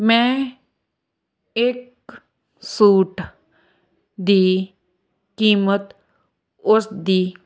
ਮੈਂ ਇੱਕ ਸੂਟ ਦੀ ਕੀਮਤ ਉਸ ਦੀ